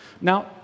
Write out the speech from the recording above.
Now